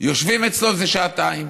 וישבו אצלו זה שעתיים.